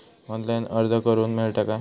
Online अर्ज करूक मेलता काय?